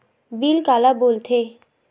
Bill काला बोल थे?